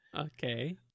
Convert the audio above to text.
Okay